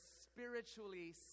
spiritually